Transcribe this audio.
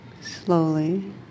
slowly